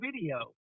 video